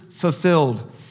Fulfilled